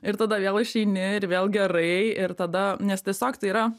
ir tada vėl išeini ir vėl gerai ir tada nes tiesiog tai yra